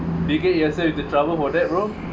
do you get yourself in the trouble for that bro